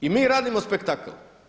I mi radimo spektakl?